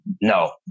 no